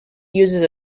uses